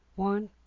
One